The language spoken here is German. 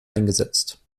eingesetzt